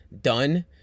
done